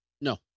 No